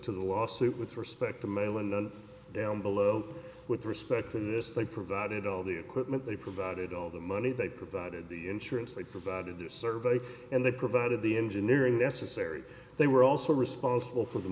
to the lawsuit with respect to mail and below with respect to this they provided all the equipment they provided all the money they provided the insurance they provided those surveyed and they provided the engineering necessary they were also responsible for the